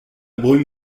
brume